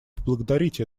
поблагодарить